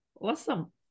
Awesome